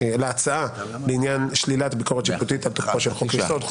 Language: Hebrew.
ולהצעה לעניין שלילת ביקורת שיפוטית על תוקפו של חוק יסוד.